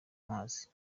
mazi